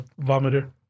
vomiter